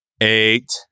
Eight